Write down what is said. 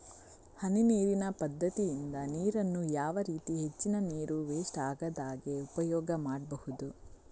ಹನಿ ನೀರಿನ ಪದ್ಧತಿಯಿಂದ ನೀರಿನ್ನು ಯಾವ ರೀತಿ ಹೆಚ್ಚಿನ ನೀರು ವೆಸ್ಟ್ ಆಗದಾಗೆ ಉಪಯೋಗ ಮಾಡ್ಬಹುದು?